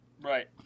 Right